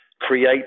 create